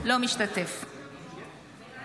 אינו משתתף בהצבעה